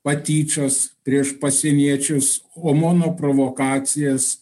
patyčias prieš pasieniečius omono provokacijas